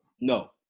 No